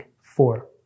four